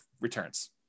returns